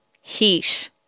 heat